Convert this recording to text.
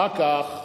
אחר כך